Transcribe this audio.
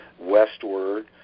westward